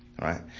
right